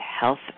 Health